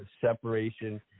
separation